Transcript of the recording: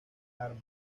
armas